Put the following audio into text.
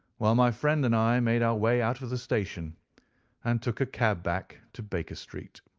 while my friend and i made our way out of of the station and took a cab back to baker street.